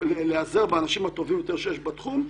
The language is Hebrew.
להיעזר באנשים הטובים ביותר שיש בתחום.